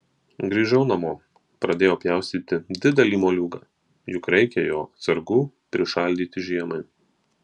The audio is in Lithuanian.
grįžau namo pradėjau pjaustyti didelį moliūgą juk reikia jo atsargų prišaldyti žiemai